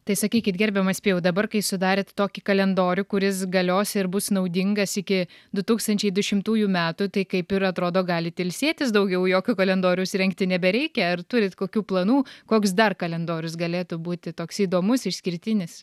tai sakykit gerbiamas pijau dabar kai sudarėt tokį kalendorių kuris galios ir bus naudingas tiki du tūkstančiai dušimtųjų metų tai kaip ir atrodo galit ilsėtis daugiau jokio kalendoriaus rengti nebereikia ar turit kokių planų koks dar kalendorius galėtų būti toks įdomus išskirtinis